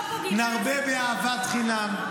נרבה באהבת חינם,